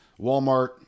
Walmart